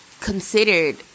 considered